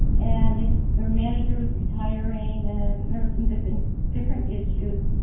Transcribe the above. and their manager was retiring, and there were some different different issues.